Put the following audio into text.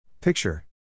Picture